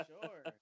sure